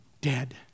dead